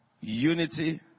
unity